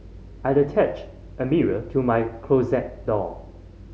I attached a mirror to my closet door